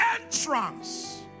entrance